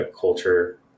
culture